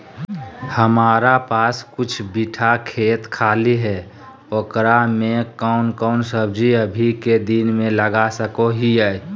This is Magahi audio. हमारा पास कुछ बिठा खेत खाली है ओकरा में कौन कौन सब्जी अभी के दिन में लगा सको हियय?